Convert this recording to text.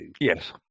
Yes